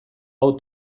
hau